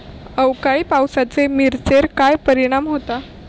अवकाळी पावसाचे मिरचेर काय परिणाम होता?